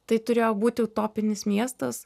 tai turėjo būti utopinis miestas